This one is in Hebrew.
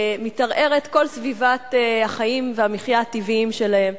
מתערערת כל סביבת החיים והמחיה הטבעית שלהן,